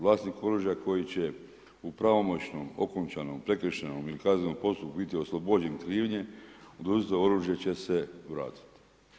Vlasnik oružja koji će u pravomoćnom okončanom prekršajnom ili kaznenom postupku biti oslobođen krivnje oduzeto oružje će se vratiti.